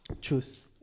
Choose